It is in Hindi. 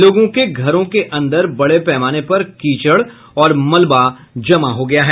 लोगों के घरों के अंदर बड़े पैमाने पर कीचड़ और मलवा जमा हो गया है